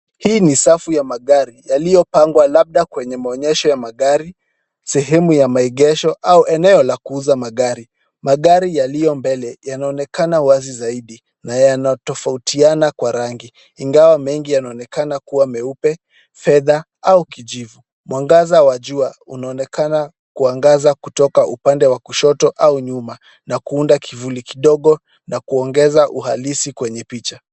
Hii ni safu ya magari yaliyopangwa labda kwenye maonyesho ya magari, sehemu ya maegesho au eneo ya kuuza magari. Magari yaliyo mbele yanaonekana wazi zaidi na yanatofautiana kwa rangi, ingawa mengi yanaonekana kuwa meupe, fedha au kijivu. Mwangaza wa jua unaonekana kuangaza kutoka upande wa kushoto au nyuma na kuunda kivuli kidogo na kuongeza uhalisi kwenye picha.